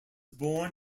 born